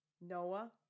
Noah